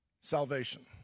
Salvation